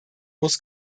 muss